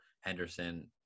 Henderson